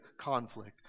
conflict